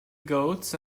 goats